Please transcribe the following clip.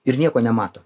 ir nieko nemato